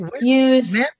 use